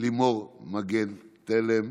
לימור מגן תלם,